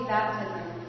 Baptism